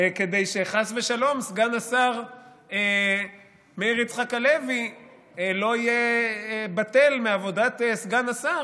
כדי שחס ושלום סגן השר מאיר יצחק הלוי לא יהיה בטל מעבודת סגן השר